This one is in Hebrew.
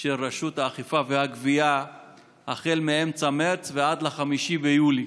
של רשות האכיפה והגבייה מאמצע מרץ ועד 5 ביולי.